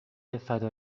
فدا